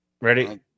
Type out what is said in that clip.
Ready